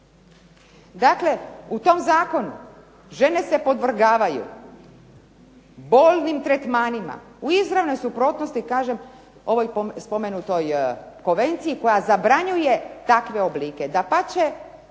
Dakle, u tom zakonu žene se podvrgavaju bolnim tretmanima, u izravnoj suprotnosti kažem ovoj